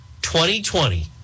2020